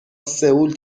سئول